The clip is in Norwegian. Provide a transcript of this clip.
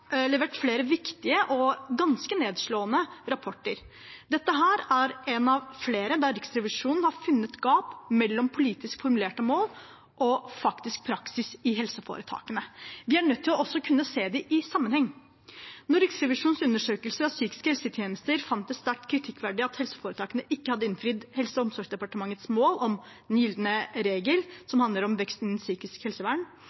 levert flere viktige og ganske nedslående rapporter. Dette er en av flere der Riksrevisjonen har funnet et gap mellom politisk formulerte mål og faktisk praksis i helseforetakene. Vi er nødt til også å kunne se det i en større sammenheng, som da Riksrevisjonens undersøkelser av psykiske helsetjenester fant det sterkt kritikkverdig at helseforetakene ikke hadde innfridd Helse- og omsorgsdepartementets mål om den gylne regel, som handler om veksten innen psykisk helsevern,